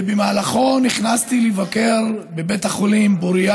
ובמהלכו נכנסתי לבקר בבית החולים פוריה